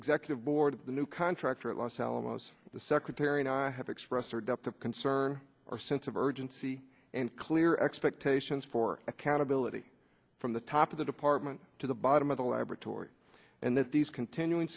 executive board of the new contractor at los alamos the secretary and i have expressed our depth of concern our sense of urgency and clear expectations for accountability from the top of the department to the bottom of the lab tory and that these continuing